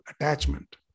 attachment